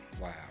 Wow